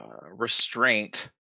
restraint